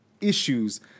issues